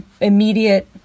immediate